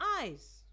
eyes